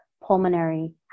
Pulmonary